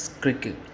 cricket